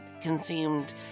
consumed